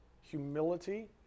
humility